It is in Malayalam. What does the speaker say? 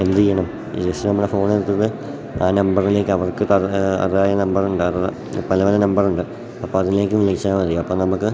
എന്തു ചെയ്യണം ജസ്റ്റ് നമ്മൾ ഫോണെടുത്തത് ആ നമ്പറിലേക്കവർക്ക് അത് അതായ നമ്പറുണ്ടവരത് പല പല നമ്പറുണ്ട് അപ്പം അതിലേക്ക് വിളിച്ചാൽ മതി അപ്പം നമുക്ക്